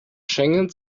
schengen